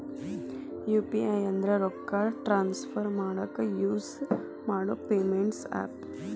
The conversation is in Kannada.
ಯು.ಪಿ.ಐ ಅಂದ್ರ ರೊಕ್ಕಾ ಟ್ರಾನ್ಸ್ಫರ್ ಮಾಡಾಕ ಯುಸ್ ಮಾಡೋ ಪೇಮೆಂಟ್ ಆಪ್ಸ್